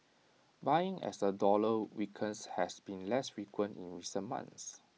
buying as the dollar weakens has been less frequent in recent months